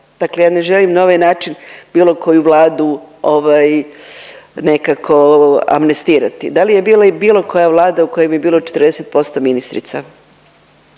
dakle ja ne želim na ovaj način bilo koju vladu ovaj nekako amnestirati. Da li je bila i bilo koja vlada u kojem je bilo 40% ministrica?